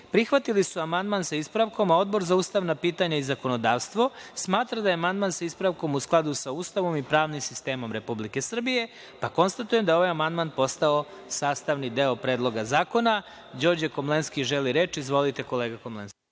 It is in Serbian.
prihvatili su amandman sa ispravkom, a Odbor za ustavna pitanja i zakonodavstvo smatra da je amandman sa ispravkom u skladu sa Ustavom i pravnim sistemom Republike Srbije, pa konstatujem da je ovaj amandman postao sastavni deo Predloga zakona. Narodni poslanik Đorđe Komlenski želi reč. Izvolite, kolega Komlenski.